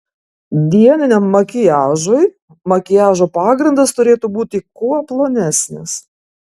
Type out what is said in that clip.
dieniniam makiažui makiažo pagrindas turėtų būti kuo plonesnis